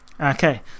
Okay